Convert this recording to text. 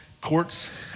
courts